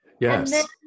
Yes